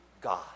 God